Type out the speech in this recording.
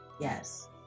Yes